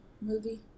movie